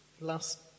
last